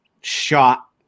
shot